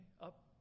Up